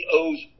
owes